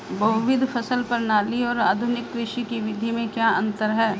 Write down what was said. बहुविध फसल प्रणाली और आधुनिक कृषि की विधि में क्या अंतर है?